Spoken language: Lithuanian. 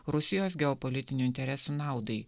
rusijos geopolitinių interesų naudai